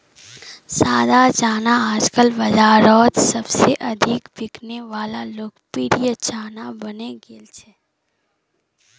सादा चना आजकल बाजारोत सबसे अधिक बिकने वला लोकप्रिय चना बनने गेल छे